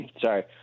sorry